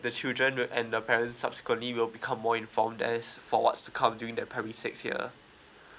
the children will and the parents subsequently will become more informed there's for what's to come during the primary six year